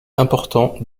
important